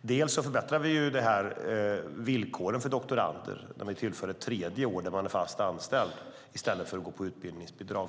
Vi förbättrar villkoren för doktorander genom att införa ett tredje år då man är fast anställd i stället för att gå på utbildningsbidrag.